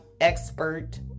expert